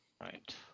Right